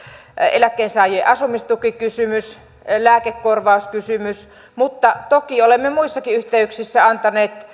eläkkeensaajien asumistukikysymys lääkekorvauskysymys mutta toki olemme muissakin yhteyksissä antaneet